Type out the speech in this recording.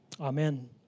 Amen